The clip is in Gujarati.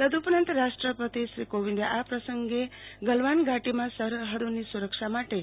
તદઉપરાંત રાષ્ટ્રપતિ શ્રી કોવિન્દે આ પ્રિસંગે ગલવાન ઘાટીમાં સરહદોની સુ રક્ષા માટે